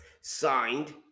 signed